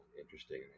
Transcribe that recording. interesting